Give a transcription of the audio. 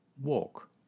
walk